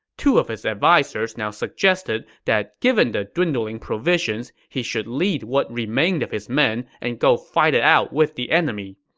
two of his advisers now suggested that given the dwindling provisions, he should lead what remained of his men and go fight it out with the enemy.